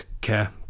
care